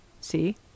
See